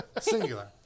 Singular